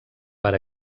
per